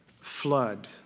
flood